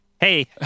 Hey